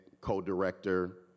co-director